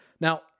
Now